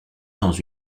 dans